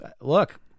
Look